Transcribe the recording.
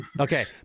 Okay